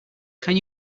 can